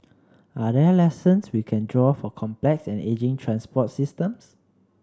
are there lessons we can draw for complex and ageing transport systems